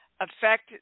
affect